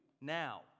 now